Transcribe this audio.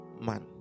Man